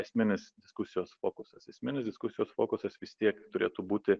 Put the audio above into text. esminis diskusijos fokusas esminis diskusijos fokusas vis tiek turėtų būti